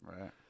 Right